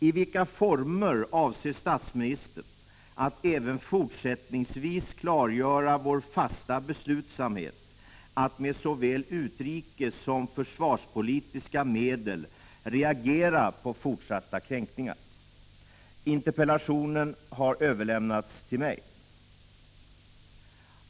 I vilka former avser statsministern att även fortsättningsvis klargöra vår äs a a Om den främmande fasta beslutsamhet att med såväl utrikessom försvarspolitiska medel reagera fi fer undervattensverkpå fortsatta kränkningar? samheten Interpellationen har överlämnats till mig.